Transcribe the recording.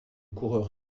coureur